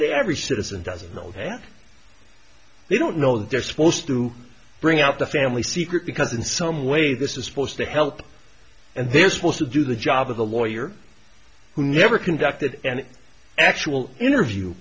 every citizen doesn't know that they don't know they're supposed to bring out the family secret because in some way this is supposed to help and they're supposed to do the job of the lawyer who never conducted an actual interview